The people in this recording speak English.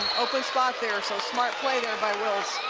open spot there so smart play there by wills.